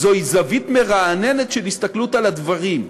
זוהי זווית מרעננת של הסתכלות על הדברים.